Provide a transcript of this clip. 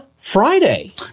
Friday